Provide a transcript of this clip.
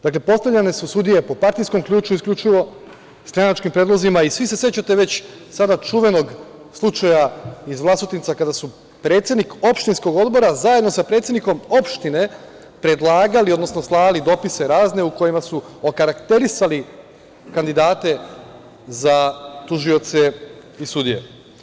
Dakle, postavljene su sudije po partijskom ključu isključivo stranačkim predlozima i svi se sećate sada već čuvenog slučaja iz Vlasotinca, kada su predsednik opštinskog odbora zajedno sa predsednikom opštine predlagali, odnosno slali dopise razne u kojima su okarakterisali kandidate za tužioce i sudije.